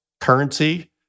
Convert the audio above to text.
currency